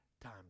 time